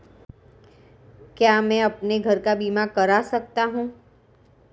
क्या मैं अपने घर का बीमा करा सकता हूँ?